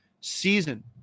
season